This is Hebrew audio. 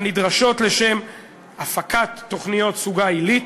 הנדרשות לשם הפקת תוכניות סוגה עילית,